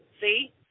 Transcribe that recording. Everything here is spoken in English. see